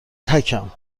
تکم